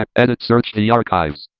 ah edit. search the archives.